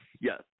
yes